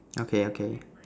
okay okay